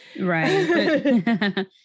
Right